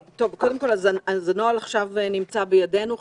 קודם כול, הנוהל עכשיו נמצא בידינו.